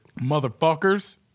Motherfuckers